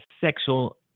sexual